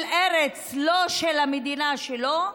של ארץ לא של המדינה שלו,